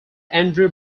andrew